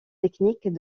technique